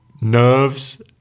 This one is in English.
nerves